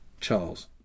Charles